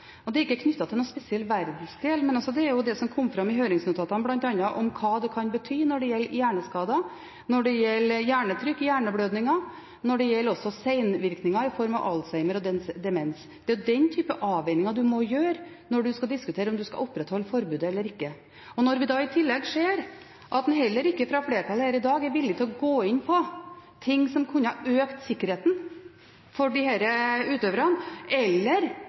skader. Det er ikke knyttet til noen spesiell verdensdel, men det er det som kom fram i høringsuttalelsene, bl.a. hva det kan bety når det gjelder hjerneskader, hjernetrykk, hjerneblødning, og når det gjelder senvirkninger i form av alzheimer og demens. Det er den type avveininger en må gjøre når en skal diskutere om en skal opprettholde et forbud eller ikke. Når vi da i tillegg ser at en heller ikke fra flertallet her i dag er villig til å gå inn på det som kunne ha økt sikkerheten for utøverne, eller